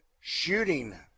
shooting